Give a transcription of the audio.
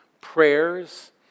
prayers